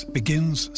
begins